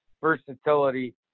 versatility